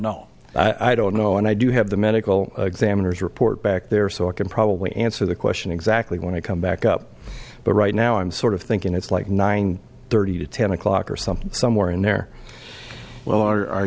know i don't know and i do have the medical examiner's report back there so i can probably answer the question exactly when i come back up but right now i'm sort of thinking it's like nine thirty to ten o'clock or something somewhere in there well our